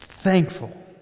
Thankful